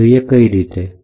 ચાલો જોઈએ કઈ રીતે